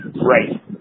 Right